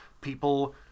people